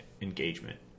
engagement